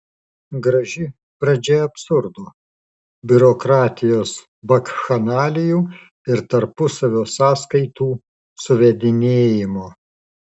graži pradžia absurdo biurokratijos bakchanalijų ir tarpusavio sąskaitų suvedinėjimo